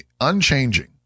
unchanging